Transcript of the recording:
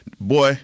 boy